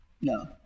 No